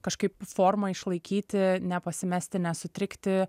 kažkaip formą išlaikyti nepasimesti nesutrikti